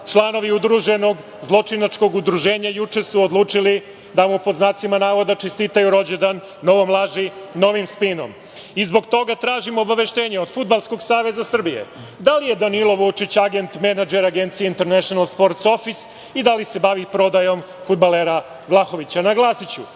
članovi udruženog zločinačkog udruženja juče su odlučili da mu, pod znacima navoda, čestitaju rođendan, novom laži, novim spinom. Zbog toga tražim obaveštenje od FSS da li je Danilo Vučić, agent, menadžer agencije „International Sports Office“ i da li se bavi prodajom fudbalera Vlahovića. Naglasiću